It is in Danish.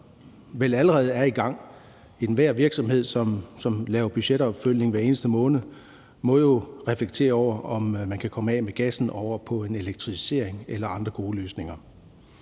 vel allerede er i gang. Enhver virksomhed, som laver budgetopfølgning hver eneste måned, må jo reflektere over, om man kan komme af med gassen og gå over til en elektrificering, og der kan også være andre gode løsninger.